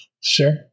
Sure